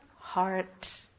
heart